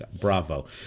Bravo